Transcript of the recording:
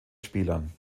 spielern